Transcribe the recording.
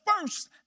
first